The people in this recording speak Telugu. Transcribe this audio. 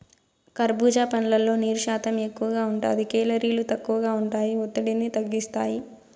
కర్భూజా పండ్లల్లో నీరు శాతం ఎక్కువగా ఉంటాది, కేలరీలు తక్కువగా ఉంటాయి, ఒత్తిడిని తగ్గిస్తాయి